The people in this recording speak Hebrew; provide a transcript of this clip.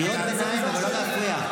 קריאות ביניים, אבל לא להפריע.